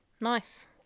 Nice